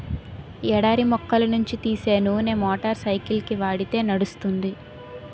ఎడారి మొక్కల నుంచి తీసే నూనె మోటార్ సైకిల్కి వాడితే నడుస్తుంది